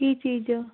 ਕੀ ਚੀਜ